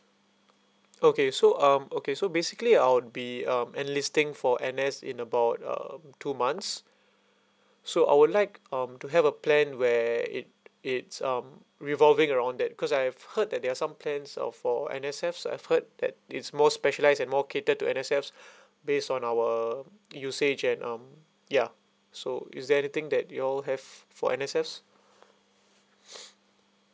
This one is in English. okay so um okay so basically I would be um enlisting for N_S in about um two months so I would like um to have a plan where it it's um revolving around that cause I've heard that there are some plans of for N_S_F so I've heard that it's more specialise and more catered to N_S_F based on our usage and um ya so is there anything that you all have for N_S_Fs